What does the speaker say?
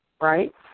right